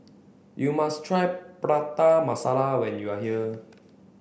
you must try Prata Masala when you are here